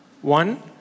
one